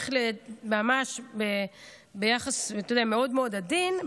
צריך יחס מאוד מאוד עדין,